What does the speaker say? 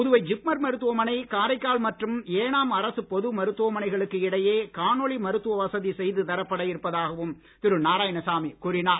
புதுவை ஜிப்மர் மருத்துவமனை காரைக்கால் மற்றும் ஏனாம் அரசுப் பொது மருத்துவமனைகளுக்கு இடையே காணொலி மருத்துவ வசதி செய்து தரப்பட இருப்பதாகவும் திரு நாராயணசாமி கூறினார்